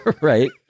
Right